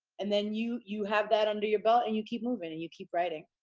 and then you you have that under your belt and you keep moving and you keep writing.